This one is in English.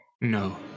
No